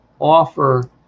offer